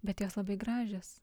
bet jos labai gražios